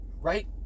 right